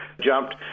jumped